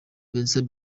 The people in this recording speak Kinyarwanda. vincent